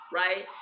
right